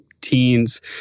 teens